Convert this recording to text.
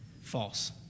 false